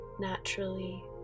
naturally